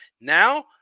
Now